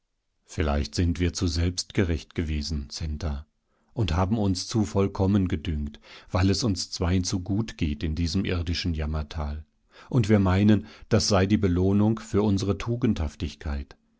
vielleicht sind wir zu selbstgerecht gewesen centa und haben uns zu vollkommen gedünkt weil es uns zweien zu gut geht in diesem irdischen jammertal und wir meinen das sei die belohnung für unsere tugendhaftigkeit